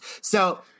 So-